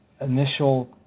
initial